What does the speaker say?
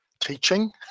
teaching